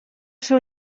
seu